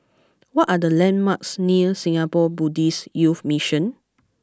what are the landmarks near Singapore Buddhist Youth Mission